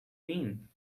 mean